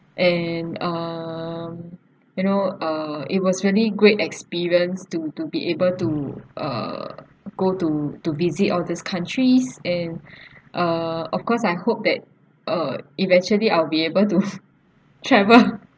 and um you know uh it was really great experience to to be able to uh go to to visit all these countries and uh of course I hope that uh eventually I'll be able to travel